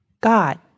God